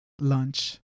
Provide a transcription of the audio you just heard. lunch